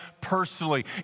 personally